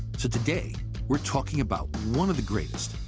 so today we're talking about one of the greatest.